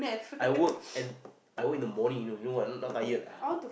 I work at I work in the morning you know you know what not tired ah